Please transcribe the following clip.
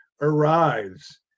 arrives